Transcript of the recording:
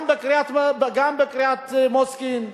גם בקריית-מוצקין,